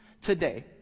today